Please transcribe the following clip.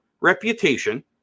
reputation